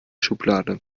schublade